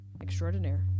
extraordinaire